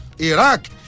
Iraq